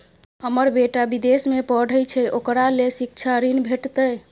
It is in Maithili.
हमर बेटा विदेश में पढै छै ओकरा ले शिक्षा ऋण भेटतै?